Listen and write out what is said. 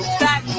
back